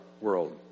world